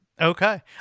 Okay